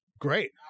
Great